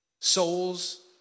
souls